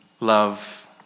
Love